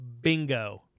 Bingo